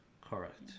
Correct